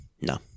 No